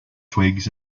twigs